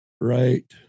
Right